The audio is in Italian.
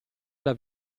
alla